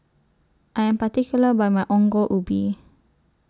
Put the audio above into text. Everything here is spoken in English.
I Am particular about My Ongol Ubi